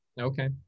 Okay